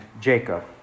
Jacob